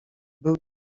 był